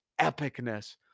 epicness